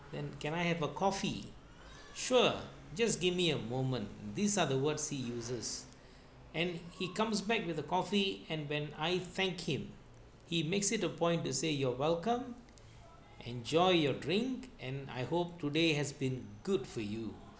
then can I have a coffee sure just give me a moment these are the words he uses and he comes back with a coffee and when I thank him he makes it a point to say you're welcome enjoy your drink and I hope today has been good for you